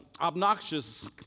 obnoxious